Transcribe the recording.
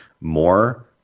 more